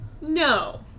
No